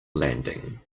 landing